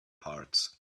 parts